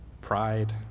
Pride